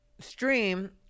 stream